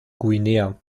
guinea